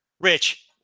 Rich